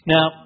Now